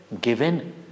given